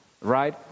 right